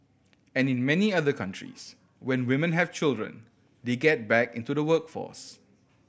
and in many other countries when women have children they get back into the workforce